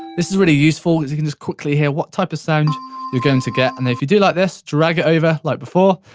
this is really useful because you can just quickly hear what type of sound you're going to get. and if you do like this, drag it over like before,